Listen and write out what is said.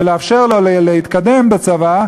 ולאפשר לו להתקדם בצבא,